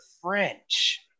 French